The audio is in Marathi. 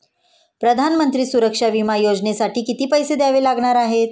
प्रधानमंत्री सुरक्षा विमा योजनेसाठी किती पैसे द्यावे लागणार आहेत?